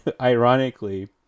ironically